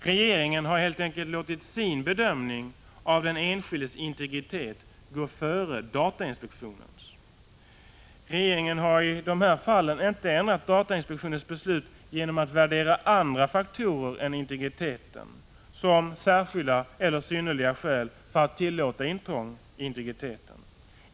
Regeringen har helt enkelt låtit sin bedömning 21 maj 1986 av den enskildes integritet gå före datainspektionens. Regeringenharidesssa SG Granskning av statsrå fallinte ändrat datainspektionens beslut genom att värdera andra faktorer än d Fa gi integriteten som särskilda eller synnerliga skäl för att tillåta intrång i EASTONSISH Ef m.m. integriteten.